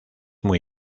muy